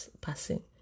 passing